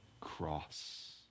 cross